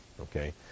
Okay